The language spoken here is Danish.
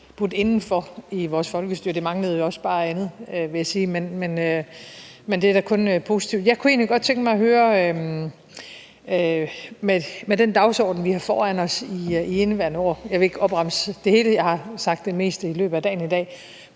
budt inden for i vores folkestyre. Det manglede da også bare, vil jeg sige, men det er da kun positivt. Jeg kunne egentlig godt tænke mig – med den dagsorden, vi har foran os i indeværende år, og jeg vil ikke opremse til det hele, for jeg har sagt det meste i løbet af dagen i dag